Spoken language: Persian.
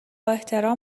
احترام